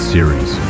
Series